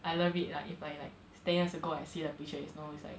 I love it lah if I like ten years ago I see the picture you know it's like